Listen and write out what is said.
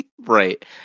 Right